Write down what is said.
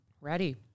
Ready